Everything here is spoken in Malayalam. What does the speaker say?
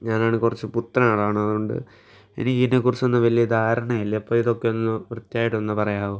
ഞാനാണ് കുറച്ച് പുത്തൻ ആളാണ് അത്കൊണ്ട് എനിക്കിതിനെ കുറിച്ച് ഒന്നും വലിയ ധാരണ ഇല്ല അപ്പോൾ ഇതൊക്കെ ഒന്ന് കൃത്യമായിട്ടൊന്ന് പറയാവോ